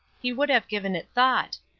he would have given it thought.